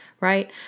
right